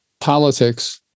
politics